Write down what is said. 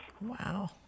Wow